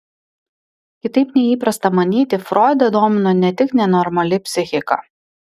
kitaip nei įprasta manyti froidą domino ne tik nenormali psichika